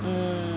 mm